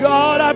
God